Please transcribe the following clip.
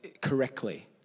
correctly